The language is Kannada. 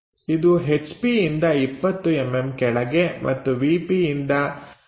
ಇದು ಹೆಚ್ ಪಿಯಿಂದ 20mm ಕೆಳಗೆ ಮತ್ತು ವಿ ಪಿಯಿಂದ 30mm ಮುಂದೆ ಇದೆ